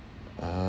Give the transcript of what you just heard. uh